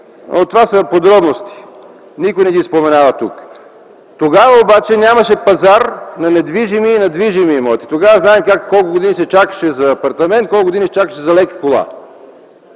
Но това са подробности, никой не ги споменава тук. Тогава обаче нямаше пазар на недвижими и движими имоти, знаем колко години се чакаше за апартамент, колко години се чакаше за лека кола.